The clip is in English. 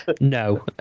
no